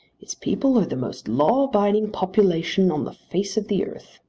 its people are the most law-abiding population on the face of the earth.